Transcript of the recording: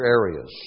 areas